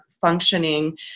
functioning